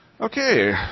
Okay